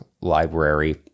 library